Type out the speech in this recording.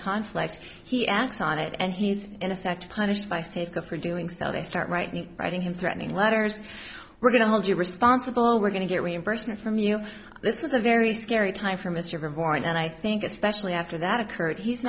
conflict he acts on it and he's in effect punished by staker for doing so they start writing writing him threatening letters we're going to hold you responsible we're going to get reimbursement from you this was a very scary time for mr horn and i think especially after that occurred he's